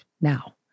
now